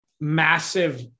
massive